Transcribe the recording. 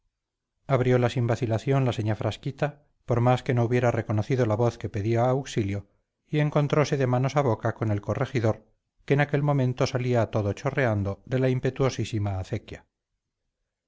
caz abrióla sin vacilación la señá frasquita por más que no hubiera reconocido la voz que pedía auxilio y encontróse de manos a boca con el corregidor que en aquel momento salía todo chorreando de la impetuosísima acequia